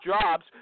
jobs